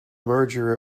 merger